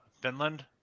Finland